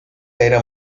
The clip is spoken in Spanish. era